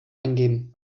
eingeben